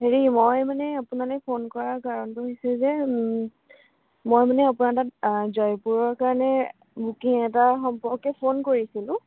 হেৰি মই মানে আপোনালৈ ফোন কৰাৰ কাৰণটো হৈছে যে মই মানে আপোনাৰ তাত জয়পুৰৰ কাৰণে বুকিং এটাৰ সম্পৰ্কে ফোন কৰিছিলো